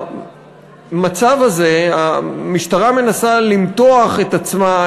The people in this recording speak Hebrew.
במצב הזה המשטרה מנסה למתוח את עצמה,